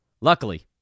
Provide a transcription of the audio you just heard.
Luckily